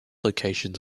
locations